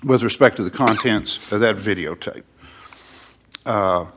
with respect to the contents of that videotape